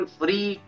free